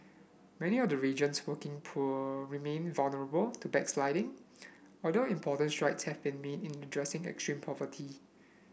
many of the region's working poor remain vulnerable to backsliding although important strides have been made in addressing extreme poverty